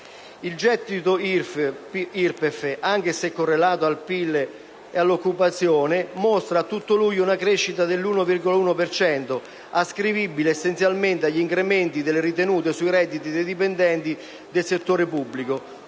Il gettito IRPEF, anche se correlato al PIL e all'occupazione, mostra a tutto luglio una crescita dell'1,1 per cento, ascrivibile essenzialmente agli incrementi delle ritenute sui redditi dei dipendenti del settore pubblico